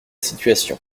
situation